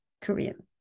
korean